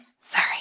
Sorry